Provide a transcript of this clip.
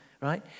right